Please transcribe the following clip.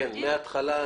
כן, מהתחלה.